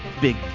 big